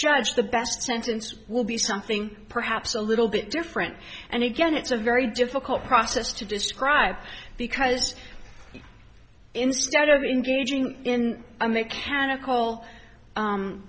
judge the best sentence will be something perhaps a little bit different and again it's a very difficult process to describe because instead i mean gauging in a mechanical